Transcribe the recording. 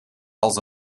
als